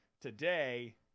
Today